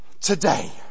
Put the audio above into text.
Today